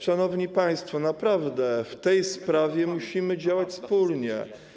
Szanowni państwo, naprawdę w tej sprawie musimy działać wspólnie.